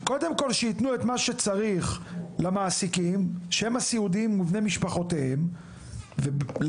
קודם כל שיתנו את מה שצריך למעסיקים שהם סיעודיים ובני משפחותיהם ולצד